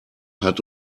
hat